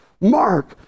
Mark